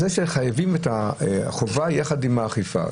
על זה שחייבים את החובה ביחד עם האכיפה.